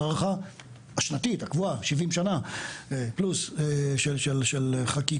ההערכה השנתית הקבועה 70 פלוס שנה, של חקיקה,